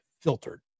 filtered